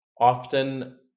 often